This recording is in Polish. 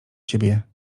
siebie